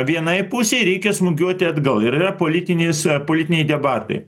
vienai pusei reikia smūgiuoti atgal ir yra politinėse politiniai debatai